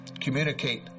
communicate